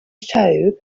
show